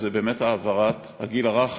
זה באמת העברת הגיל הרך